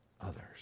others